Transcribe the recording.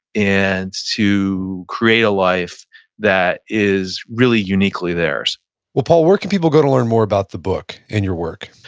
and to create a life that is really uniquely theirs well paul, where can people go to learn more about the book and your work?